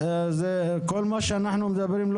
כל מה שאנחנו מדברים עליו,